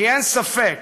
כי אין ספק,